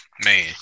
Man